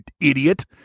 idiot